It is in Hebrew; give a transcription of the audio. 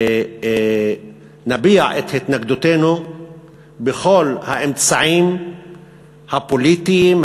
ונביע את התנגדותנו בכל האמצעים הפוליטיים,